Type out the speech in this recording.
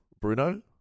Bruno